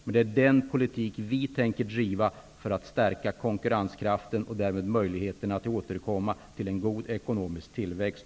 Men det är den politiken vi tänker driva för att stärka konkurrenskraften och därmed möjligheterna att under de kommande åren återfå en god ekonomisk tillväxt.